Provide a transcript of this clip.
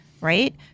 right